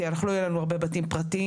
כי לא יהיו לנו הרבה בתים פרטיים.